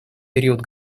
период